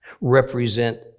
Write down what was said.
represent